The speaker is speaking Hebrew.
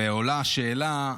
ועולה השאלה,